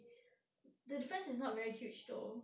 the difference is not very huge though